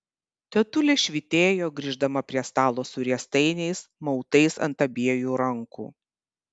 tetulė švytėjo grįždama prie stalo su riestainiais mautais ant abiejų rankų